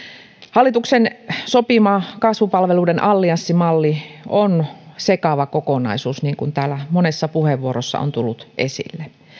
hallituksen sopima kasvupalveluiden allianssimalli on sekava kokonaisuus niin kuin täällä monessa puheenvuorossa on tullut esille